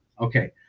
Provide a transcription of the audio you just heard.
okay